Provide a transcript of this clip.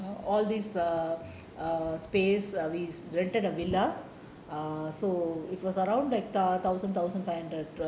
all this err err space is we rented a villa uh so it was around like err thousand thousand five hundred